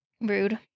rude